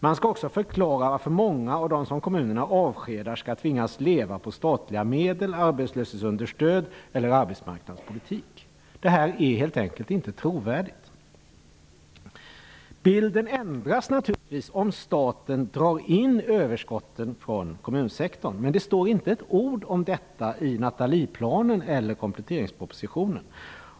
Man skall också förklara varför många av dem som kommunerna avskedar skall tvingas leva på statliga medel, arbetslöshetsunderstöd eller arbetsmarknadspolitik. Det här är helt enkelt inte trovärdigt. Bilden förändras naturligtvis om staten drar in överskotten från kommunsektorn. Men det står inte ett ord om detta i Nathalieplanen eller kompletteringspropositionen.